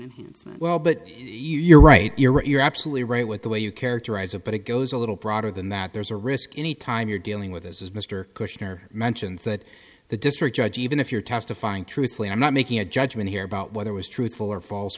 and he's well but you're right you're right you're absolutely right with the way you characterize it but it goes a little broader than that there's a risk any time you're dealing with as mr questioner mentions that the district judge even if you're testifying truthfully i'm not making a judgment here about whether was truthful or fal